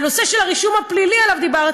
הנושא של הרישום הפלילי שעליו דיברת,